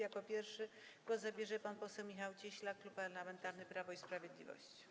Jako pierwszy głos zabierze pan poseł Michał Cieślak, Klub Parlamentarny Prawo i Sprawiedliwość.